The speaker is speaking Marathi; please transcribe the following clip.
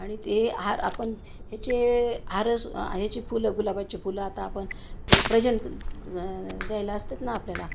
आणि ते हार आपण ह्याचे हारस ह्याची फुलं गुलाबाची फुलं आता आपण ते प्रेजेंट द्यायला असतंच ना आपल्याला